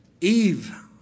Eve